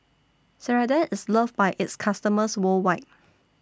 Ceradan IS loved By its customers worldwide